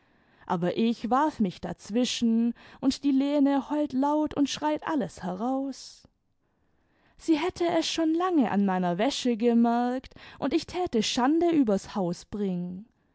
aber ich warf mich dazwischen und die lene heult laut imd schreit alles heraus sie hätte es schon lange an meiner wäsche gemerkt und ich täte schande übers haus bringen